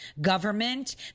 government